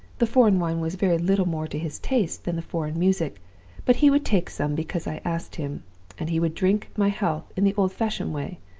the foreign wine was very little more to his taste than the foreign music but he would take some because i asked him and he would drink my health in the old-fashioned way,